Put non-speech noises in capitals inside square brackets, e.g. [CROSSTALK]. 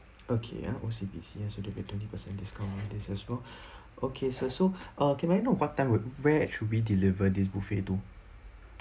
okay ah O_C_B_C ah so rebate twenty percent discount ah then is extra [BREATH] okay sir so uh can I know what time would where it should we delivered this buffet to